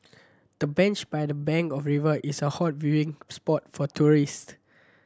the bench by the bank of river is a hot viewing spot for tourist